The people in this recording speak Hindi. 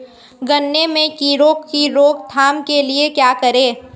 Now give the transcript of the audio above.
गन्ने में कीड़ों की रोक थाम के लिये क्या करें?